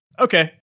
Okay